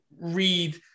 read